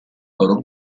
loro